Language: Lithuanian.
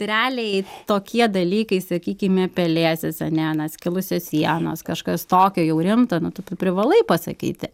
realiai tokie dalykai sakykime pelėsis ane na skilusios sienos kažkas tokio jau rimta nu tu privalai pasakyti